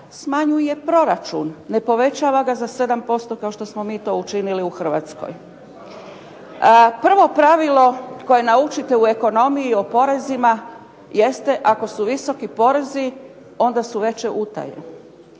smanjuje proračun, ne povećava ga za 7% kao što smo mi to učinili u Hrvatskoj. Prvo pravilo koje naučite u ekonomiji o porezima jeste ako su visoki porezi onda su veće utaje,